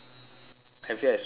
have you explored teaching